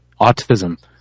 autism